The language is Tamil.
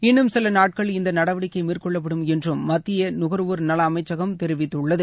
இன்னும் சில நாட்கள் இந்த நடவடிக்கை மேற்கொள்ளப்படும் என்று மத்திய நுகர்வோர் நல அமைச்சகம் தெரிவித்துள்ளது